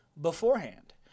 beforehand